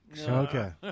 Okay